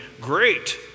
great